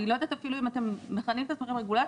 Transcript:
אני לא יודעת אפילו אם אתם מכנים את עצמכם רגולטור,